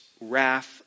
wrath